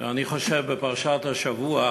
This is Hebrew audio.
אני חושב בפרשת השבוע,